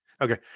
Okay